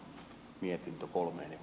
tämä on huono